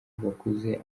bakuze